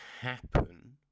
happen